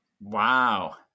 Wow